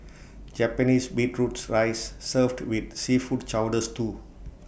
Japanese beetroots rice served with seafood chowder stew